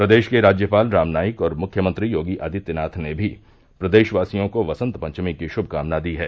प्रदेश के राज्यपाल राम नाईक और मुख्यमंत्री योगी आदित्यनाथ ने भी प्रदेशवासियों को वसंत पंचमी की शुभकामना दी है